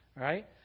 right